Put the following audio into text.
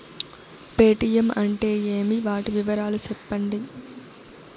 Paytm అంటే ఏమి, వాటి వివరాలు సెప్పండి?